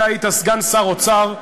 אתה היית סגן שר אוצר,